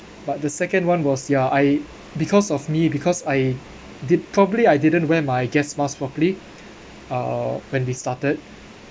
but the second one was ya I because of me because I did probably I didn't wear my gas mask properly uh when we started